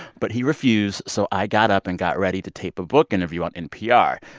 but he refused. so i got up and got ready to tape a book interview on npr.